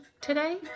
today